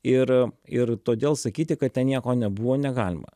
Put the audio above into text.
ir ir todėl sakyti kad ten nieko nebuvo negalima